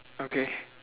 okay